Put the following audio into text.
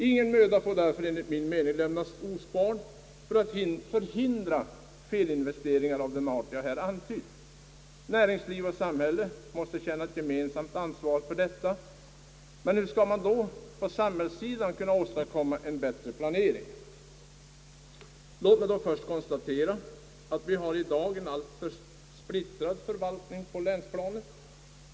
Ingen möda får därför sparas för att förhindra felinvesteringar av den art jag här antytt. Näringsliv och samhälle måste känna ett gemensamt ansvar för detta. Men hur skall vi nu på samhällssidan kunna åstadkomma en bättre planering? Låt mig först konstatera att vi i dag har en alltför splittrad förvaltning på länsplanet.